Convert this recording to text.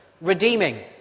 redeeming